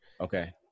Okay